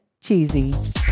cheesy